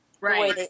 Right